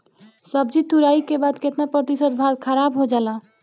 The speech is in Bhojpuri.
सब्जी तुराई के बाद केतना प्रतिशत भाग खराब हो जाला?